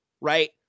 right